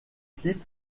clip